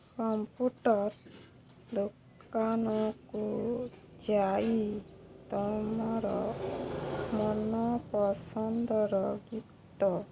computer ଦୋକାନକୁ ଯାଇ ତୁମର ମନ ପସନ୍ଦର ଗୀତ